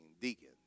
Deacon